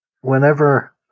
whenever